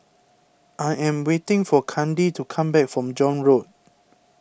I am waiting for Kandi to come back from John Road